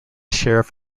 sheriff